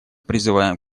призываем